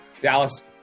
Dallas